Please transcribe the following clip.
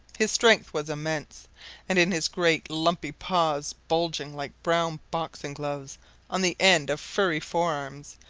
his strength was immense and in his great lumpy paws, bulging like brown boxing-gloves on the end of furry forearms,